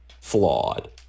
flawed